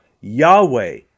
Yahweh